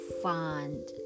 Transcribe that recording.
find